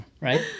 Right